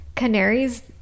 canaries